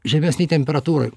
žemesnei temperatūrai